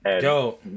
Yo